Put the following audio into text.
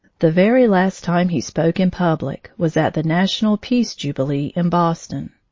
the very last time he spoke in public was at the national peace jubilee in boston.